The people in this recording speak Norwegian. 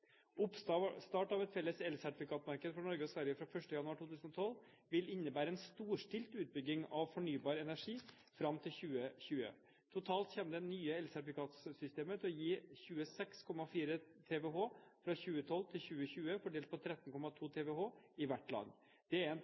Sverige. Oppstart av et felles elsertifikatmarked for Norge og Sverige fra 1. januar 2012 vil innebære en storstilt utbygging av fornybar energi fram til 2020. Totalt kommer det nye elsertifikatsystemet til å gi 26,4 TWh fra 2012 til 2020, fordelt på 13,2 TWh i hvert land. Det er en